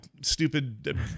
stupid